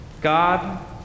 God